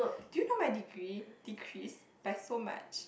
do you know my degree decrease by so much